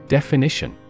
Definition